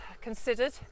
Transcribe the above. considered